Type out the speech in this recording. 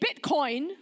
Bitcoin